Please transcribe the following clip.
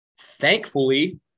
Thankfully